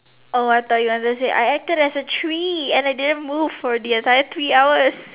oh I thought you wanted to say you acted as a tree and I didn't move for the entire three hours